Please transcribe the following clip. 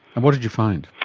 and what did you find?